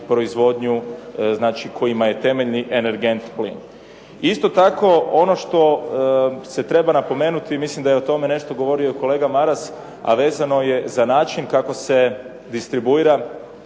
proizvodnju znači kojima je temeljni energent plin. Isto tako, ono što se treba napomenuti mislim da je o tome govorio nešto kolega Maras, a vezano je za način kako se upravlja